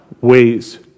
ways